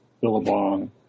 Billabong